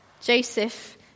Joseph